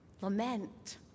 lament